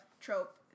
trope